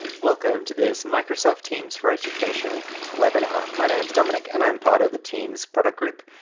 welcome to this microsoft teams for education webinar. my name's dominic and i'm part of the teams product group.